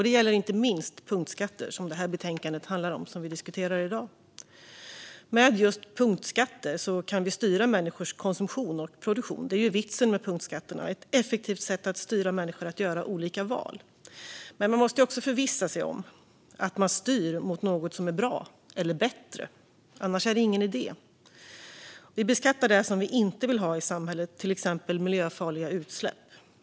Det gäller inte minst punktskatter, som det betänkande som vi diskuterar i dag handlar om. Med just punktskatter kan vi styra människors konsumtion och produktion. Det är ju vitsen med punktskatterna: ett effektivt sätt att styra människor att göra olika val. Men man måste också förvissa sig om att man styr mot något som är bra eller bättre. Annars är det ingen idé. Vi beskattar det som vi inte vill ha i samhället, till exempel miljöfarliga utsläpp.